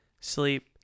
sleep